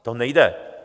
To nejde.